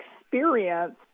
experience